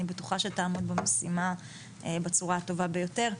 אני בטוחה שתעמוד במשימה בצורה הטובה ביותר.